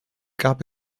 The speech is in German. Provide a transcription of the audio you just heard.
gab